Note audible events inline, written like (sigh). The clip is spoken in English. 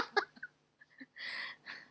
(laughs) (breath)